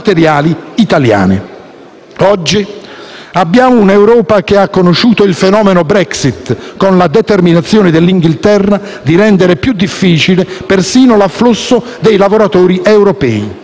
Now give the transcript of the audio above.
Oggi abbiamo un'Europa che ha conosciuto il fenomeno Brexit, con la determinazione dell'Inghilterra di rendere più difficile persino l'afflusso di lavoratori europei.